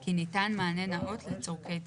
כי ניתן מענה נאות לצרכי ציבור.